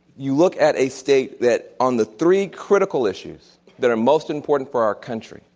you look at a state that, on the three critical issues that are most important for our country,